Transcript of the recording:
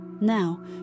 Now